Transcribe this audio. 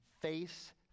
face